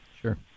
Sure